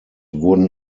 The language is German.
wurden